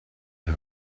her